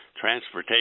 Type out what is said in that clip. transportation